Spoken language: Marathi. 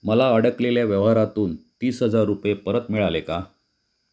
मला अडकलेल्या व्यवहारातून तीस हजार रुपये परत मिळाले का